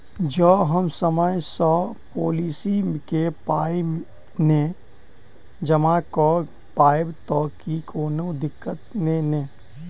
जँ हम समय सअ पोलिसी केँ पाई नै जमा कऽ पायब तऽ की कोनो दिक्कत नै नै?